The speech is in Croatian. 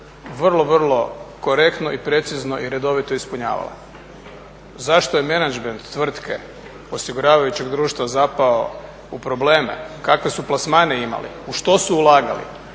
vrlo, vrlo korektno i precizno i redovito ispunjavalo. Zašto je menađment tvrtke osiguravajućeg društva zapao u probleme, kakve su plasmane imali, u što su ulagali,